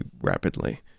rapidly